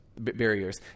barriers